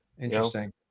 Interesting